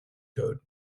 code